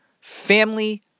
family